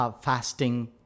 fasting